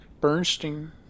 Bernstein